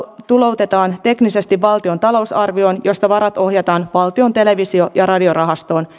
tuloutetaan teknisesti valtion talousarvioon josta varat ohjataan valtion televisio ja radiorahastoon